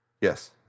yes